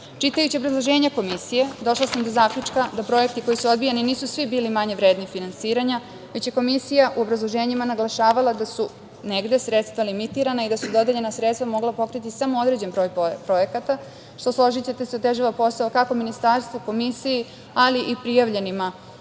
obrazloženje komisije došla sam do zaključka da projekti koji su odbijeni nisu svi bili manje vredne finansiranja, već je komisija u obrazloženjima naglašavala da su negde sredstva limitirana i da su dodeljena sredstva mogla pokriti samo određen broj projekata, što složićete se otežava posao kako ministarstvu, komisiji, ali i prijavljenima